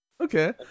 Okay